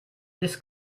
this